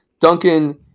Duncan